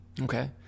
Okay